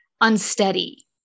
unsteady